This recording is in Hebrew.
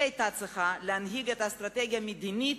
היא היתה צריכה להנהיג את האסטרטגיה המדינית,